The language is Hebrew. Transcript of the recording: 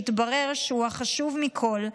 שהתברר שהוא החשוב מכול,